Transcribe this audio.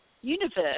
universe